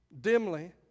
dimly